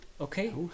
Okay